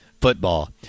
football